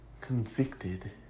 convicted